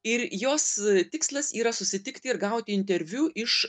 ir jos tikslas yra susitikti ir gauti interviu iš